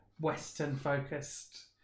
Western-focused